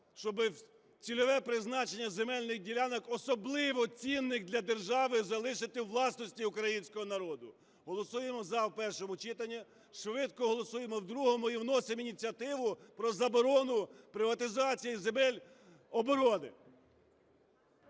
щоби цільове призначення земельних ділянок, особливо цінних для держави, залишити у власності українського народу. Голосуємо "за" у першому читанні. Швидко голосуємо в другому і вносимо ініціативу про заборону приватизації земель оборони.